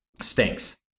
Stinks